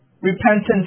Repentance